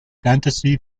fantasy